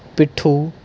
ਪਿੱਠੂ